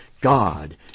God